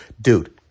dude